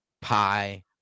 pie